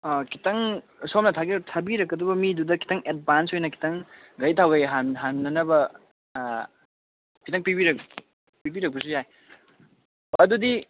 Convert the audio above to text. ꯈꯤꯇꯪ ꯁꯣꯝꯅ ꯊꯥꯕꯤꯔꯛꯀꯗꯧꯕ ꯃꯤꯗꯨꯗ ꯈꯤꯇꯪ ꯑꯦꯗꯚꯥꯟꯁ ꯑꯣꯏꯅ ꯈꯤꯇꯪ ꯒꯥꯔꯤ ꯊꯥꯎ ꯀꯩꯒꯩ ꯍꯥꯟꯅꯅꯕ ꯈꯤꯇꯪ ꯄꯤꯕꯤꯔꯛꯄꯁꯨ ꯌꯥꯏ ꯑꯗꯨꯗꯤ